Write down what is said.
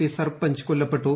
P sarpanch കൊല്ലപ്പെട്ടു